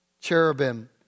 cherubim